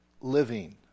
living